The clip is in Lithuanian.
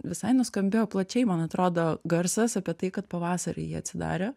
visai nuskambėjo plačiai man atrodo garsas apie tai kad pavasarį ji atsidarė